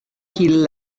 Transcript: hill